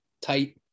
tight